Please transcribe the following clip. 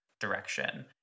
direction